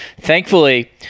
thankfully